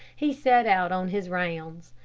he set out on his rounds.